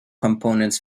components